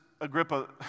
Agrippa